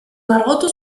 margotu